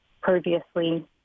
previously